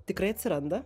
tikrai atsiranda